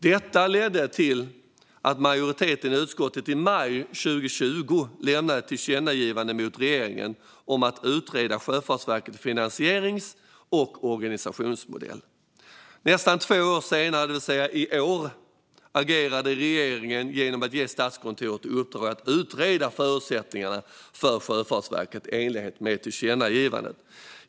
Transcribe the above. Detta ledde till att majoriteten i utskottet i maj 2020 lämnade ett tillkännagivande till regeringen om att utreda Sjöfartsverkets finansierings och organisationsmodell. Nästan två år senare - i år - agerande regeringen genom att ge Statskontoret i uppdrag att utreda förutsättningarna för Sjöfartsverket i enlighet med tillkännagivandet.